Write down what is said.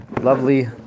lovely